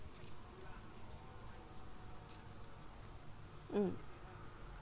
mm